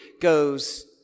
goes